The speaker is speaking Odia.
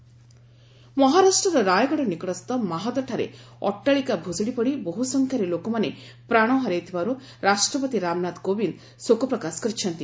ରାୟଗଡ଼ ବିଲ୍ଡିଂ କୋଲାପ୍ସ ମହାରାଷ୍ଟ୍ରର ରାୟଗଡ଼ ନିକଟସ୍ଥ ମାହାଦଠାରେ ଅଟ୍ଟାଳିକା ଭୁଶୁଡ଼ି ପଡ଼ି ବହୁସଂଖ୍ୟାରେ ଲୋକମାନେ ପ୍ରାଣ ହରାଇଥିବାରୁ ରାଷ୍ଟ୍ରପତି ରାମନାଥ କୋବିନ୍ଦ ଶୋକ ପ୍ରକାଶ କରିଛନ୍ତି